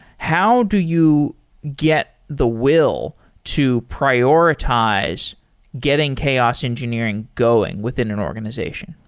how do you get the will to prioritize getting chaos engineering going within an organization?